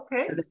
okay